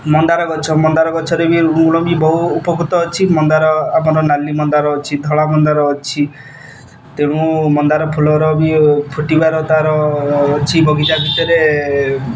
ମନ୍ଦାର ଗଛ ମନ୍ଦାର ଗଛରେ ବି ମୂଳ ବି ବହୁ ଉପକୃତ ଅଛି ମନ୍ଦାର ଆମର ନାଲି ମନ୍ଦାର ଅଛି ଧଳା ମନ୍ଦାର ଅଛି ତେଣୁ ମନ୍ଦାର ଫୁଲର ବି ଫୁଟିବାର ତାର ଅଛି ବଗିଚା ଭିତରେ